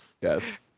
Yes